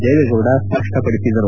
ದೇವೇಗೌಡ ಸ್ಪಷ್ಟಪಡಿಸಿದರು